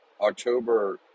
October